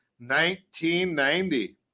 1990